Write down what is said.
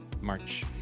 March